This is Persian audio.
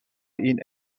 این